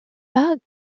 pas